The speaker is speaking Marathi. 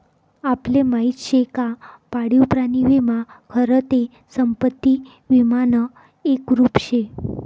आपले माहिती शे का पाळीव प्राणी विमा खरं ते संपत्ती विमानं एक रुप शे